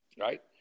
Right